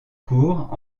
cours